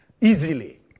easily